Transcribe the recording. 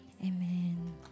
amen